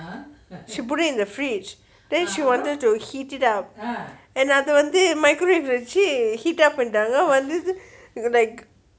I should put it in the fridge they she wanted to heated up அத வந்து:athe vanthu microwave lah வச்சு:vachu heat up பண்ணிட்டாங்க வந்தது:pannithaanga vanthathu like